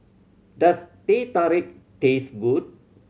does Teh Tarik taste good